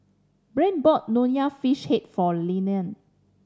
Brain bought Nonya Fish Head for Leonie